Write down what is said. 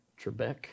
Trebek